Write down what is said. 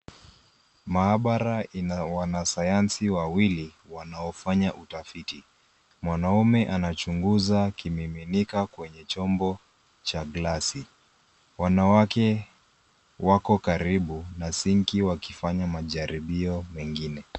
Maabara ina wanasayansi wawili wanaofanya utafiti. Mwanaume anachunguza kimiminika kwenye chombo cha glasi, wanawake wako karibu na sinki, wakifanya majaribio mengine.